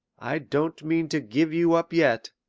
i don't mean to give you up yet,